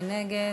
מי נגד?